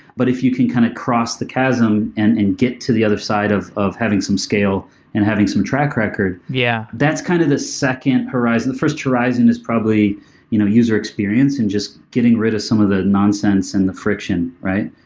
but if you can kind of cross the chasm and and get to the other side of of having some scale and having some track record, yeah that's kind of the second horizon. the first horizon is probably you know user experience and just getting rid of some of the nonsense and the friction, right?